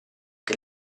che